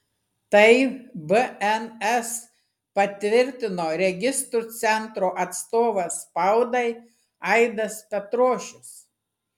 tai bns patvirtino registrų centro atstovas spaudai aidas petrošius